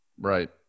Right